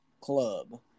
Club